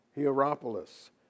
Hierapolis